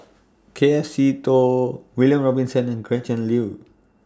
K F Seetoh William Robinson and Gretchen Liu